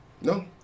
No